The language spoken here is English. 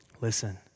listen